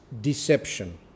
deception